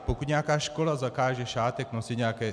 Pokud nějaká škola zakáže šátek nosit nějaké...